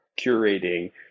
curating